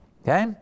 Okay